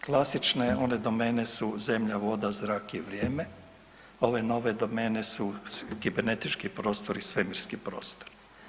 Klasične one domene su zemlja, voda, zrak i vrijeme, ove nove domene su kibernetički prosotr i svemirski prostor.